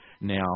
now